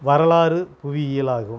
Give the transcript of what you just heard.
வரலாறு புவியியல் ஆகும்